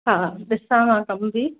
हा ॾिसा मां कमु बि